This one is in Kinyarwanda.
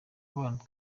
nk’abantu